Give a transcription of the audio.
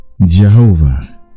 Jehovah